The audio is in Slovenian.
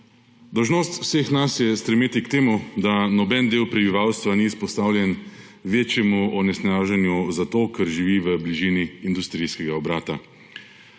Dolžnost vseh nas je stremeti k temu, da nobeden del prebivalstva ni izpostavljen k večjemu onesnaženju zato, ker živi v bližini industrijskega obrata.